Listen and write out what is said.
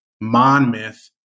Monmouth